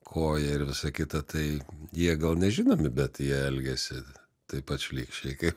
koja ir visa kita tai jie gal nežinomi bet jie elgiasi taip pat šlykščiai kaip